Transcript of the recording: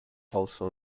also